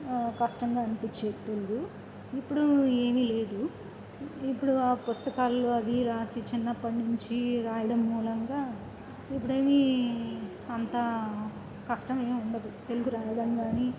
కష్టంగా అనిపించేది తెలుగు ఇప్పుడు ఏమీ లేదు ఇప్పుడు ఆ పుస్తకాల్లో అవి రాసి చిన్నప్పటి నుంచి రాయడం మూలంగా ఇప్పుడేవి అంతా కష్టమ ఉండదు తెలుగు రాయడం కానీ